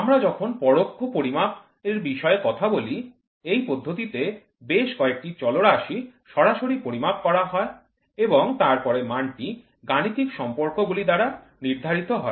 আমরা যখন পরোক্ষ পরিমাপ এর বিষয়ে কথা বলি এই পদ্ধতিতে বেশ কয়েকটি চলরাশি সরাসরি পরিমাপ করা হয় এবং তারপরে মানটি গাণিতিক সম্পর্কগুলি দ্বারা নির্ধারিত হয়